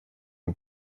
mit